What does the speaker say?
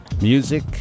music